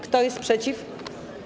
Kto jest przeciw?